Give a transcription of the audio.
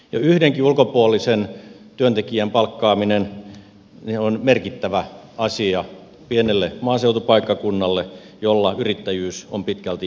jo yhdenkin ulkopuolisen työntekijän palkkaaminen on merkittävä asia pienelle maaseutupaikkakunnalle jolla yrittäjyys on pitkälti mikrokokoluokkaa